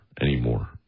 anymore